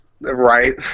Right